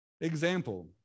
example